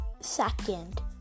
Second